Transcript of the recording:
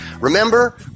Remember